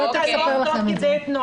לא צריך לספר לכם את זה.